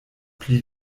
pli